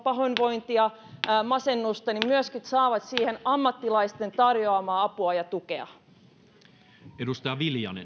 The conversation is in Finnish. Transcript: pahoinvointia masennusta myöskin saavat siihen ammattilaisten tarjoamaa apua ja tukea arvoisa